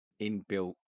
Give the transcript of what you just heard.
inbuilt